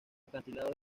acantilado